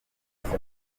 mwese